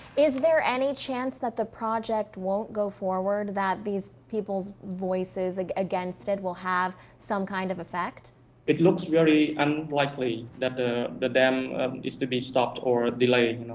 is there any chance that the project won't go forward that these people's voices against it will have some kind of effect? so it looks very unlikely that the the dam is to be stopped or delayed. you know